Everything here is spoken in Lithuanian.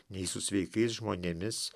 nei su sveikais žmonėmis